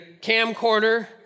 camcorder